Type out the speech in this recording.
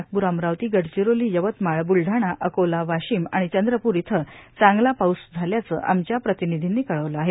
नागपूर अमरावती गडचिरोली यवतमाळ बुलढाणा अकोला वाशिम आणि चंद्रपुर इथं चांगला पाऊस झाल्याचं आमच्या प्रतिनिधीनं कळवलं आहे